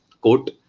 quote